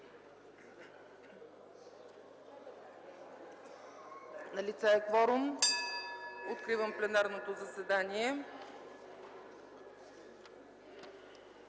Налице е кворум. Откривам пленарното заседание.